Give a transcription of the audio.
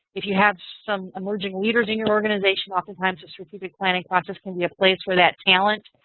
if you have some emerging leaders in your organization, oftentimes the strategic planning process can be a place for that talent,